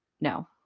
No